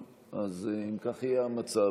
אם כך יהיה המצב,